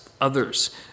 others